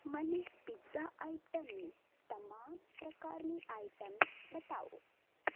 મને પિઝા આઈટમની તમામ પ્રકારની આઈટમ્સ બતાવો